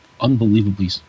unbelievably